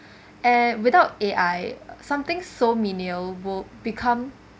and without A_I some things so menial will become